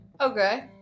Okay